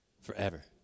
forever